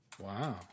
Wow